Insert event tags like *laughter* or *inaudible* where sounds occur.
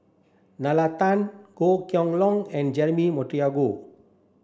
Nalla Tan Goh Kheng Long and Jeremy *unintelligible*